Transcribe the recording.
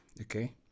Okay